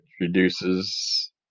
reduces